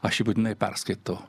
aš jį būtinai perskaitau